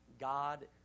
God